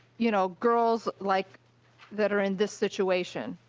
you know girls like that are in this situation?